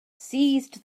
seized